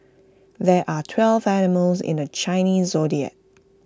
there are twelve animals in the Chinese Zodiac